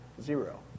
Zero